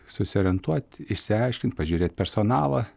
susiorientuot išsiaiškint pažiūrėt personalą